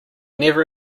never